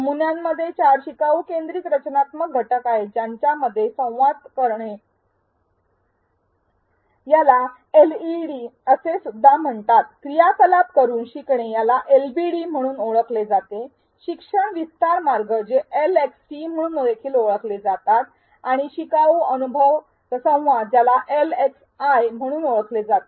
नमुन्यामध्ये चार शिकाऊ केंद्रित रचनात्मक घटक आहेत त्याच्या मध्ये संवाद शिकणे याला एलईडी असे सुद्धा म्हणतात क्रियाकलाप करून शिकणे ज्याला एलबीडी म्हणूनही ओळखले जाते शिक्षण विस्तार मार्ग जे एलएक्सटी म्हणून देखील ओळखले जाते आणि शिकाऊ अनुभव संवाद ज्याला एलएक्सआय म्हणून ओळखले जाते